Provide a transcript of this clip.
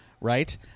right